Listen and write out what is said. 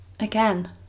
again